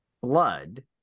blood